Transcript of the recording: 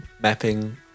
mapping